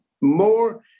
more